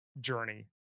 journey